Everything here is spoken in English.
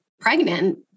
pregnant